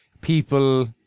people